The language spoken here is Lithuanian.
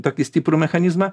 tokį stiprų mechanizmą